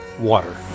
Water